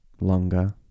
longer